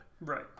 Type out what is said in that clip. Right